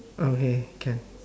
okay can